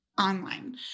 online